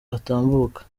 atambuka